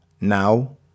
Now